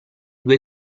due